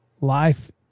life